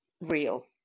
real